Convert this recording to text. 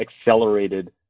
accelerated